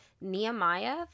nehemiah